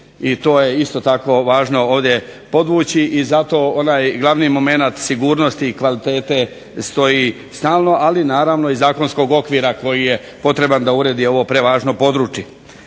i to je isto tako važno ovdje podvući zato onaj glavni momenat sigurnosti i kvalitete stoji stalno ali naravno i zakonskog okvira koji je potreban da uredi ovo čitavo područje.